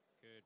Good